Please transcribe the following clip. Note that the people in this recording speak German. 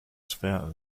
schwer